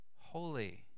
holy